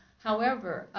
however,